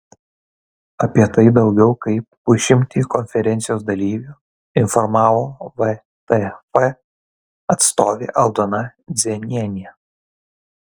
apie tai daugiau kaip pusšimtį konferencijos dalyvių informavo vtf atstovė aldona dzienienė